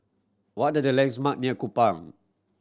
what are the landmarks near Kupang